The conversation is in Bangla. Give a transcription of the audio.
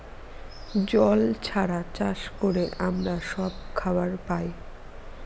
জল ছাড়া চাষ করে আমরা সব খাবার পায়